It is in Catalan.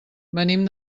venim